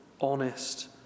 honest